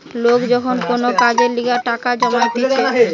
লোক যখন কোন কাজের লিগে টাকা জমাইতিছে